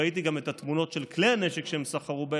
ראיתי גם את התמונות של כלי הנשק שהם סחרו בהם,